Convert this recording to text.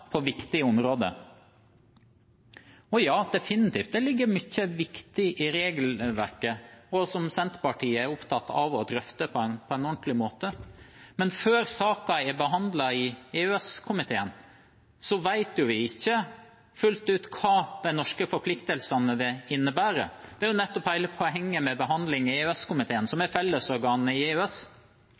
på viktige områder. Det ligger definitivt mye viktig i regelverket som Senterpartiet er opptatt av å drøfte på en ordentlig måte. Men før saken er behandlet i EØS-komiteen, vet vi ikke fullt ut hva de norske forpliktelsene vil innebære. Det er jo nettopp hele poenget med behandling i EØS-komiteen – som er fellesorganet i EØS